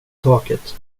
taket